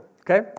Okay